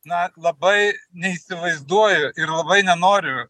na labai neįsivaizduoju ir labai nenoriu